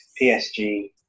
PSG